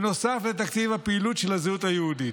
נוסף לתקציב הפעילות של הזהות היהודית,